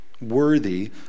worthy